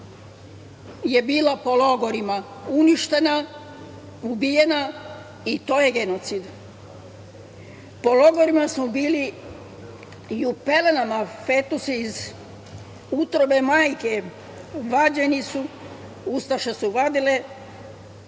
je bila po logorima uništena, ubijena i to je genocid. Po logorima smo bili i u pelenama. Fetusi iz utrobe majke vađeni su. Ustaše su vadile,